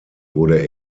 wurde